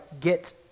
get